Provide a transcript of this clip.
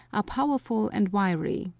are powerful and wiry,